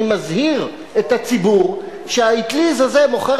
אני מזהיר את הציבור שהאטליז הזה מוכר